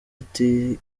ati